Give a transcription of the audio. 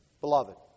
beloved